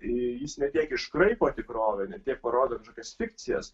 jis ne tiek iškraipo tikrovę ne tiek parodo kažkokias fikcijas